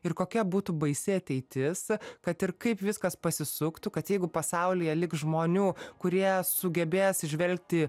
ir kokia būtų baisi ateitis kad ir kaip viskas pasisuktų kad jeigu pasaulyje liks žmonių kurie sugebės įžvelgti